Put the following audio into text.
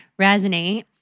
resonate